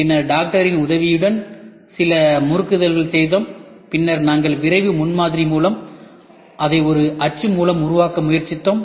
பின்னர் டாக்டர்களின் உதவியுடன் சில முறுக்குதல் செய்தோம் பின்னர் நாங்கள் விரைவு முன்மாதிரி மூலம் அதை ஒரு அச்சு மூலம் உருவாக்க முயற்சித்தோம்